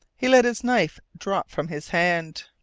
he let his knife drop from his hand.